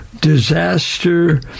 disaster